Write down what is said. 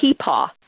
Peepaw